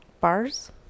bars